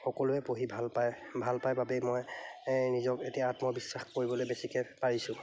সকলোৱে পঢ়ি ভাল পায় ভাল পায় বাবেই মই নিজক এতিয়া আত্মবিশ্বাস কৰিবলৈ বেছিকৈ পাৰিছোঁ